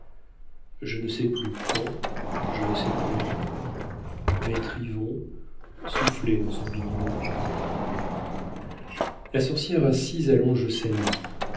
je ne sais plus quand je ne sais plus où maître yvon soufflait dans son biniou la sorcière assise allonge sa